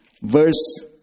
verse